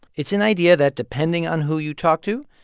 it's an idea that, depending on who you talk to,